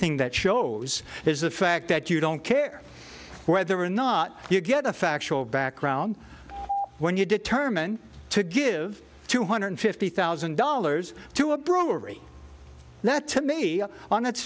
thing that shows is the fact that you don't care whether or not you get a factual background when you determine to give two hundred fifty thousand dollars to a brewery that to me on